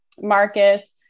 Marcus